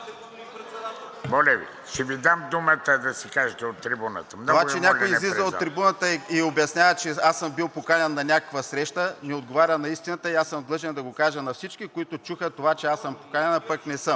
Моля Ви! Ще Ви дам думата да го кажете от трибуната. Много Ви моля не от залата. ГЕОРГИ ГЬОКОВ: Това, че някой излиза и от трибуната обяснява, че аз съм бил поканен на някаква среща, не отговаря на истината. Аз съм длъжен да го кажа на всички, които чуха, че съм поканен, а пък не съм.